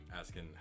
asking